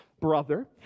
brother